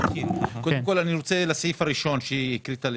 לסעיף הראשון שהקראת,